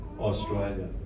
Australia